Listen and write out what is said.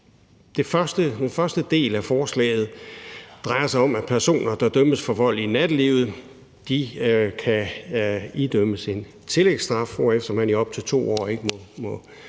Den første del af forslaget drejer sig om, at personer, der dømmes for vold i nattelivet, kan idømmes en tillægsstraf, hvorefter man i op til 2 år ikke må